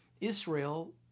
Israel